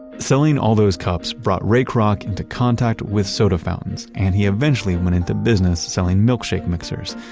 selling all those cups brought ray kroc into contact with soda fountains, and he eventually went into business selling milkshake mixers.